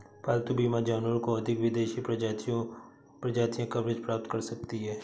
पालतू बीमा जानवरों की अधिक विदेशी प्रजातियां कवरेज प्राप्त कर सकती हैं